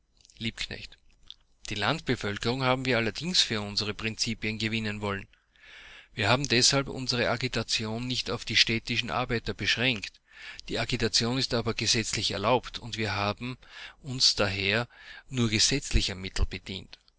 liebknecht die landbevölkerung haben wir allerdings dings für unsere prinzipien gewinnen wollen wir haben deshalb unsere agitation nicht auf die städtischen arbeiter beschränkt die agitation ist aber gesetzlich erlaubt und wir haben uns daher nur gesetzlicher